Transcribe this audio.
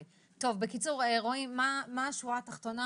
רועי, מה השורה התחתונה?